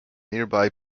nearby